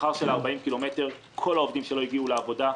השכר של ה-40 קילומטר כל העובדים שלא הגיעו לעבודה,